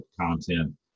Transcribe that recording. content